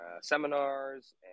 seminars